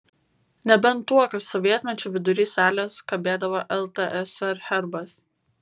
nebent tuo kad sovietmečiu vidury salės kabėdavo ltsr herbas